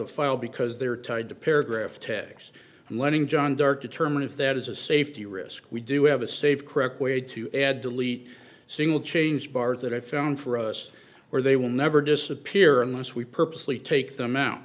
the file because they're tied to paragraph tags and letting john dark determine if that is a safety risk we do have a safe correct way to add delete single change bars that i found for us or they will never disappear unless we purposely take them out